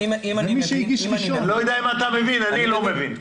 אני לא יודע אם אתה מבין אני לא מבין.